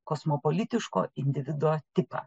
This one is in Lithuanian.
kosmopolitiško individo tipą